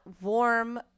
warm